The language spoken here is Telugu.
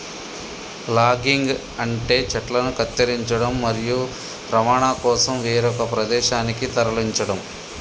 లాగింగ్ అంటే చెట్లను కత్తిరించడం, మరియు రవాణా కోసం వేరొక ప్రదేశానికి తరలించడం